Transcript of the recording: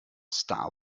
star